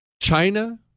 China